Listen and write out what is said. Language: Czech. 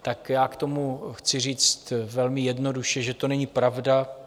Tak já k tomu chci říct velmi jednoduše, že to není pravda.